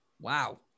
Wow